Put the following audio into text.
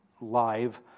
live